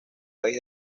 país